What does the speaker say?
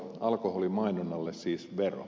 alkoholimainonnalle siis vero